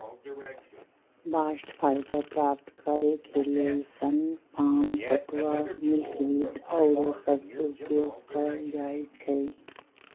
bast fibre प्राप्त करेके लेल सन, भांग, पटूआ, मिल्कवीड आउरो सभके उपयोग कएल जाइ छइ